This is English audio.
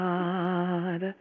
God